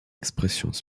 expressions